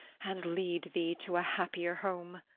and lead thee to a happier home.